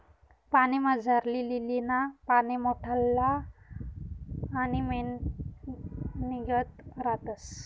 पाणीमझारली लीलीना पाने मोठल्ला आणि मेणनीगत रातस